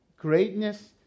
Greatness